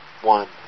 One